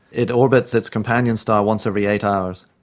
it orbits its companion star once every eight hours.